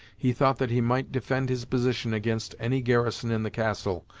he thought that he might defend his position against any garrison in the castle,